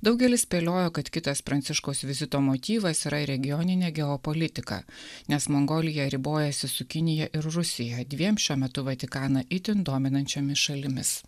daugelis spėliojo kad kitas pranciškaus vizito motyvas yra regioninė geopolitika nes mongolija ribojasi su kinija ir rusija dviem šiuo metu vatikaną itin dominančiomis šalimis